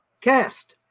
cast